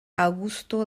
augusto